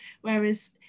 whereas